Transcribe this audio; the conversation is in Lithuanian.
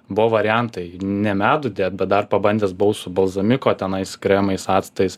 buvo variantai ne medų dėt bet dar pabandęs buvau su balzamiko tenais kremais actais